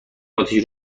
اتیش